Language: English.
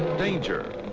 danger!